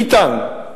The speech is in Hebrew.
בעתן.